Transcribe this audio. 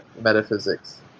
metaphysics